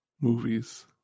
Movies